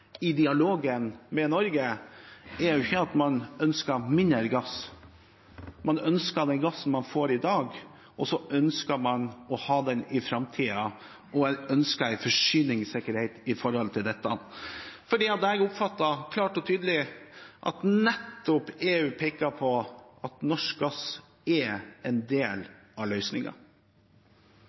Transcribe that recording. i dialogen med Norge er ikke at man ønsker mindre gass, man ønsker den gassen man får i dag, man ønsker å ha den i framtiden, og man ønsker en forsyningssikkerhet for dette – for jeg oppfattet klart og tydelig at nettopp EU peker på at norsk gass er en del av